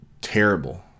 terrible